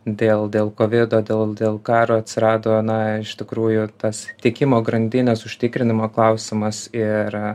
dėl dėl kovido dėl dėl karo atsirado na iš tikrųjų tas tiekimo grandinės užtikrinimo klausimas ir